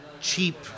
Cheap